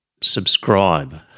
subscribe